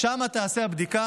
ושם תיעשה הבדיקה,